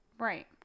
Right